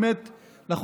באמת,